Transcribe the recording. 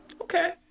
Okay